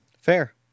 Fair